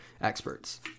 experts